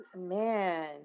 man